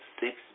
six